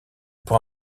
pour